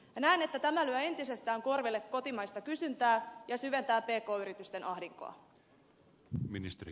näen että tämä lyö entisestään korville kotimaista kysyntää ja syventää pk yritysten ahdinkoa